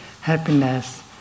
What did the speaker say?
happiness